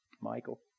Michael